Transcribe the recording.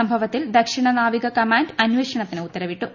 സംഭവത്തിൽ ദക്ഷിണ നാവിക കമാൻഡ് അന്നേഷണത്തിന് ഉത്തരവിട്ടു